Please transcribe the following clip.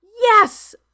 Yes